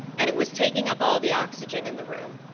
and it was taking up all the oxygen in the room.